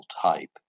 type